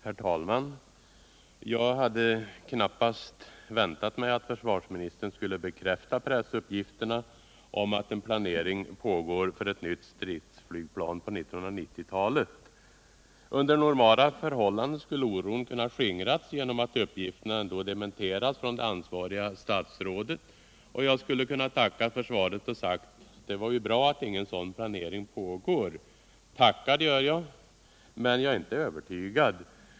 Herr talman! Jag hade knappast väntat mig att försvarsministern skulle bekräfta pressuppgifterna om att en planering pågår för ett nytt stridsflygplan för 1990-talet. Under normala förhållanden skulle oron kunna skingras genom att uppgifterna dementeras från det ansvariga statsrådet. Jag skulle då ha kunnat tacka för svaret och sagt: Det var ju bra att ingen sådan planering pågår. Tackar gör jag, men jag är nu inte övertygad.